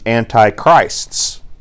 Antichrists